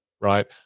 right